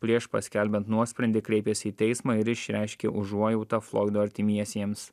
prieš paskelbiant nuosprendį kreipėsi į teismą ir išreiškė užuojautą floido artimiesiems